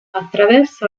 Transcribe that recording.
attraversa